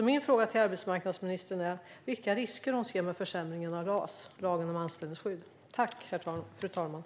Min fråga till arbetsmarknadsministern är: Vilka risker ser du med en försämring av LAS?